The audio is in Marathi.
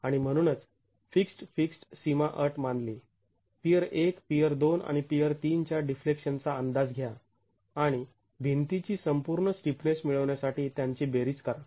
आणि म्हणूनच फिक्स्ड् फिक्स्ड् सीमा अट मानली पियर १ पियर २ आणि पियर ३ च्या डीफ्लेक्शनचा अंदाज घ्या आणि भिंतीची संपूर्ण स्टिफनेस मिळवण्यासाठी त्यांची बेरीज करा